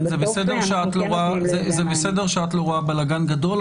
זה בסדר שאת לא רואה בלגן גדול,